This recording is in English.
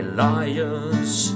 liar's